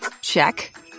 Check